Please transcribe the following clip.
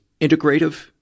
integrative